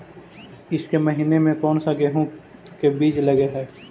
ईसके महीने मे कोन सा गेहूं के बीज लगे है?